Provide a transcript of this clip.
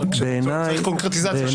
צריך קונקרטיזציה.